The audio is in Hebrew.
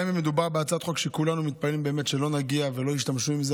גם אם מדובר בהצעת חוק שכולנו מתפללים באמת שלא נגיע לכך ולא ישתמשו בה,